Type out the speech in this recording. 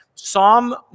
Psalm